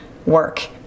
Work